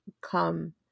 come